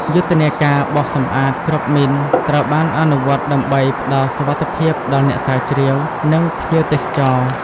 យុទ្ធនាការបោសសម្អាតគ្រាប់មីនត្រូវបានអនុវត្តដើម្បីផ្តល់សុវត្ថិភាពដល់អ្នកស្រាវជ្រាវ និងភ្ញៀវទេសចរ។